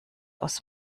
aus